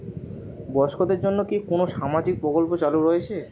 বয়স্কদের জন্য কি কোন সামাজিক প্রকল্প চালু রয়েছে?